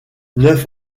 neuf